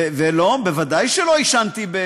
וודאי שלא עישנתי,